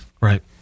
right